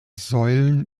säulen